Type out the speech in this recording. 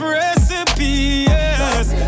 recipes